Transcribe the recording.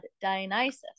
Dionysus